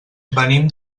venim